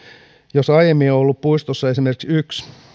jos aiemmin on ollut puistossa esimerkiksi yksi